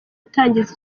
atangiza